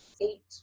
eight